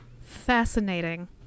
Fascinating